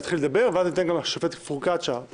נתחיל לדבר ואז ניתן גם לשופטת פרוקצ'יה